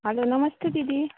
हजुर नमस्ते दिदी